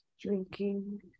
Drinking